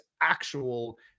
actual